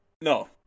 No